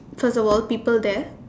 first of all people there